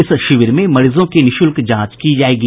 इस शिविर में मरीजों की निःशुल्क जांच की जायेगी